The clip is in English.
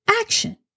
action